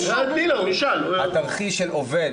עובד,